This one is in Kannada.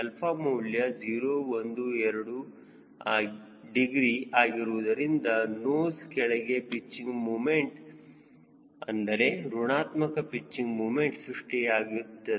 𝛼 ಮೌಲ್ಯವು 0 1 2 ಡಿಗ್ರಿ ಆಗಿರುವುದರಿಂದ ನೋಸ್ ಕೆಳಗೆ ಪಿಚ್ಚಿಂಗ್ ಮೂಮೆಂಟ್ ಅಂದರೆ ಋಣಾತ್ಮಕ ಪಿಚ್ಚಿಂಗ್ ಮೂಮೆಂಟ್ ಸೃಷ್ಟಿಯಾಗುತ್ತದೆ